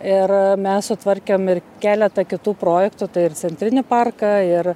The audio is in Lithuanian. ir mes sutvarkėm ir keletą kitų projektų tai ir centrinį parką ir